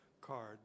card